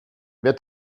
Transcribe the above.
wer